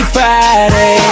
Friday